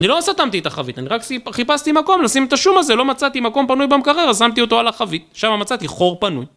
אני לא סתמתי את החבית, אני רק חיפשתי מקום, נשים את השום הזה, לא מצאתי מקום פנוי במקרר, אז שמתי אותו על החבית, שם מצאתי חור פנוי.